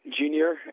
junior